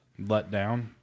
letdown